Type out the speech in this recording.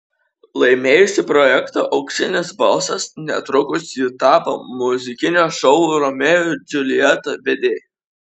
laimėjusi projektą auksinis balsas netrukus ji tapo muzikinio šou romeo ir džiuljeta vedėja